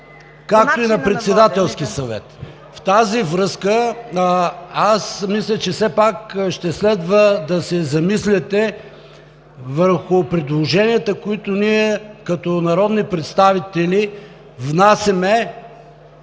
начина на водене. ПАВЕЛ ШОПОВ: В тази връзка мисля, че все пак ще следва да се замислите върху предложенията, които ние като народни представители внасяме